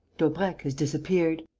daubrecq has disappeared.